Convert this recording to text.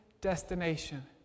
destination